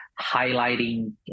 highlighting